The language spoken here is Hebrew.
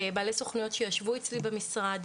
בעלי סוכנויות שישבו אצלי במשרד.